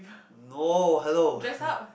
no hello